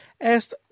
asked